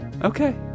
Okay